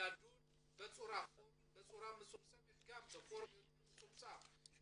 לדון גם בפורום יותר מצומצם.